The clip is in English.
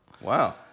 Wow